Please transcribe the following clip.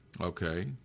Okay